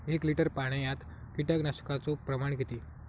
एक लिटर पाणयात कीटकनाशकाचो प्रमाण किती?